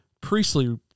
priestly